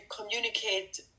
communicate